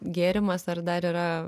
gėrimas ar dar yra